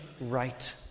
right